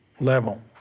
level